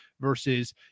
versus